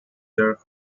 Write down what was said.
their